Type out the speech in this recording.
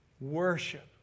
worship